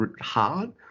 hard